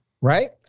right